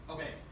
Okay